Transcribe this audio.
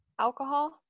alcohol